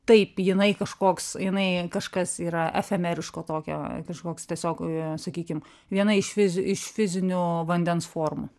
taip jinai kažkoks jinai kažkas yra efemeriško tokio kažkoks tiesiog sakykim viena iš fiz iš fizinių vandens formų